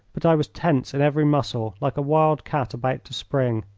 but i was tense in every muscle, like a wild cat about to spring.